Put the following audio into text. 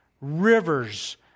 Rivers